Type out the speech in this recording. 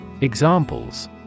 Examples